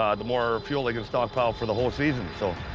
um the more fuel they can stockpile for the whole season. so